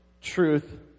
truth